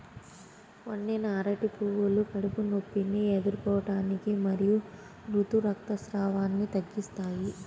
వండిన అరటి పువ్వులు కడుపు నొప్పిని ఎదుర్కోవటానికి మరియు ఋతు రక్తస్రావాన్ని తగ్గిస్తాయి